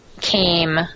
came